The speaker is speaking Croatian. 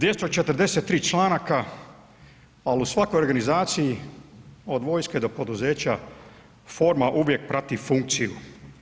243 članaka, a u svakoj organizaciji, od vojske do poduzeća forma uvijek prati funkciju.